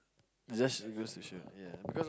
just it goes to show